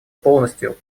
полностью